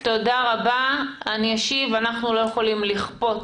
זה לא יגיע